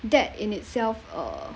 that in itself uh